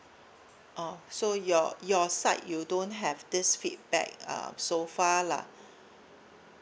oh so your your side you don't have this feedback um so far lah